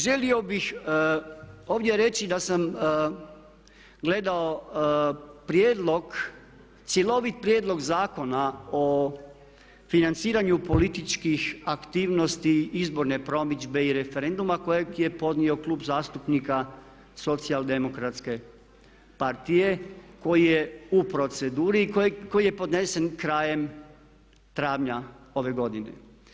Želio bih ovdje reći da sam gledao prijedlog, cjelovit prijedlog Zakona o financiranju političkih aktivnosti, izborne promidžbe i referenduma kojeg je podnio Klub zastupnika socijaldemokratske partije koji je u proceduri i koji je podnesen krajem travnja ove godine.